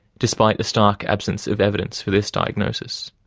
despite a stark absence of evidence for this diagnosis.